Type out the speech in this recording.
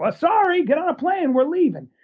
ah sorry, get on a plane we're leaving.